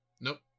Nope